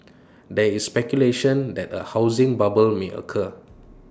there is speculation that A housing bubble may occur